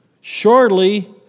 shortly